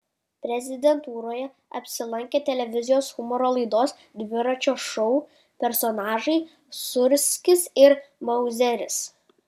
prezidentūroje apsilankė televizijos humoro laidos dviračio šou personažai sūrskis ir mauzeris